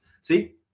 see